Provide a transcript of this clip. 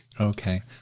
okay